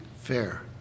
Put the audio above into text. fair